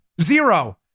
Zero